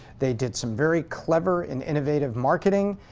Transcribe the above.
they did some very clever and innovative marketing,